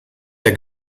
der